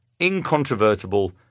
incontrovertible